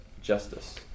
justice